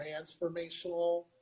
transformational